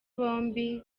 bombi